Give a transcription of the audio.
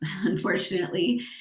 unfortunately